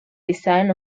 design